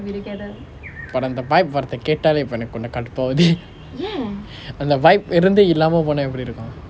but அந்த:antha vibe வார்த்தை கேட்டாலே இப்போ எனக்கு கடுப்பாவுது அந்த:vaarthai kaettaale ippo enakku kaduppaavuthu antha vibe இருந்து இல்லாமே போனா எப்படி இருக்கும்:irunthu illamae ponaa eppadi irukkum